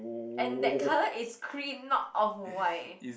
and that colour is cream not off-white